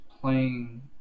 playing